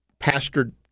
pastored